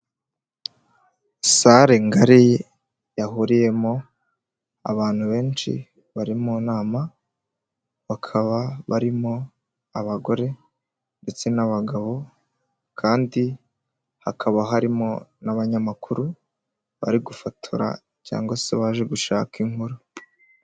Sare ngari yahuriyemo abantu benshi bari mu nama bakaba barimo abagore ndetse n'abagabo kandi hakaba harimo n'abanyamakuru bari gufotora cyangwa se baje gushaka inkuru.